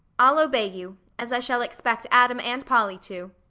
i'll obey you, as i shall expect adam and polly to.